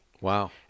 Wow